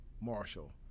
Marshall